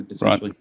Right